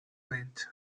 bench